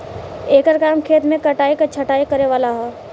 एकर काम खेत मे कटाइ छटाइ करे वाला ह